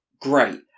great